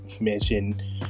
mention